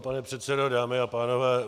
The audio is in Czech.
Pane předsedo, dámy a pánové.